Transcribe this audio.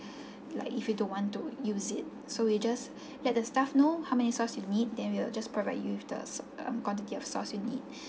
like if you don't want to use it so we just let the staff know how many sauce you need then we will just provide you with the sa~ um quantity of sauce you need